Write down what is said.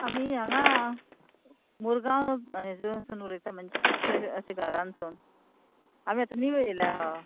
आमी हांगा मुर्गांव हेजोसून उलयता म्हणजे थंय अशे घरानसून आमी आतां नीव येयल्या हय